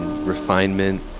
refinement